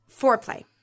foreplay